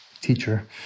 teacher